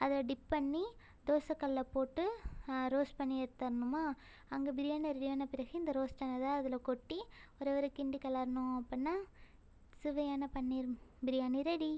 அதில் டிப் பண்ணி தோசக்கல்லை போட்டு ரோஸ்ட் பண்ணி எடுத்துட்ணுமா அங்கே பிரியாணி ரெடி ஆனால் பிறகு இந்த ரோஸ்ட்டை நல்லா அதில் கொட்டி ஒரே ஒரு கிண்டி கிளறுனோம் அப்படின்னா சுவையான பன்னீர் பிரியாணி ரெடி